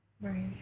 Right